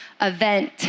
event